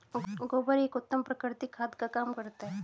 गोबर एक उत्तम प्राकृतिक खाद का काम करता है